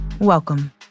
Welcome